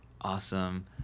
Awesome